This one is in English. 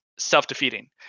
self-defeating